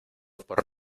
por